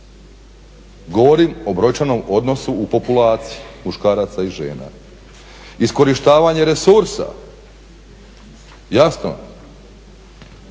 Govorim o brojčanom odnosu u populaciji muškaraca i žena. Iskorištavanje resursa, mislim